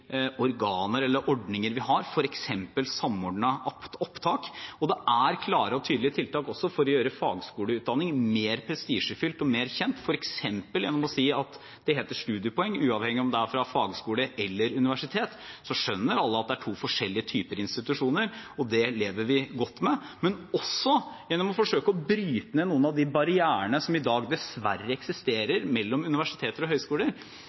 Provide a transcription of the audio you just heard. ordninger vi har, f.eks. Samordna opptak. Og det er klare og tydelige tiltak for også å gjøre fagskoleutdanningen mer prestisjefylt og mer kjent, f.eks. gjennom å si at det heter studiepoeng uavhengig av om det er fra fagskole eller universitet – alle skjønner at det er to forskjellige typer institusjoner, og det lever vi godt med – men også gjennom å forsøke å bryte ned noen av de barrierene som i dag dessverre eksisterer mellom universiteter og høyskoler. Jeg vil gjerne si at selv om universiteter og høyskoler